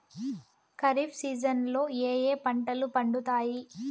ఖరీఫ్ సీజన్లలో ఏ ఏ పంటలు పండుతాయి